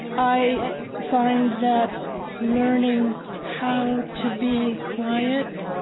i find that learning how to be quiet,